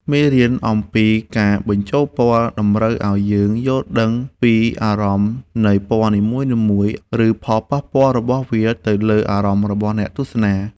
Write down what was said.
មេរៀនអំពីការបញ្ចូលពណ៌តម្រូវឱ្យយើងយល់ដឹងពីអារម្មណ៍នៃពណ៌នីមួយៗ ឬ ផលប៉ះពាល់របស់វាទៅលើអារម្មណ៍របស់អ្នកទស្សនា។